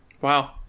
Wow